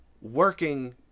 working